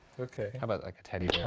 how about like a teddy